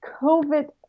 COVID